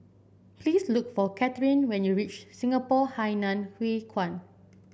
please look for Kathryn when you reach Singapore Hainan Hwee Kuan